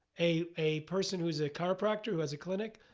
a a person who's a chiropractor, who has a clinic,